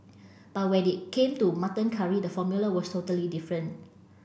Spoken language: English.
but when it came to mutton curry the formula was totally different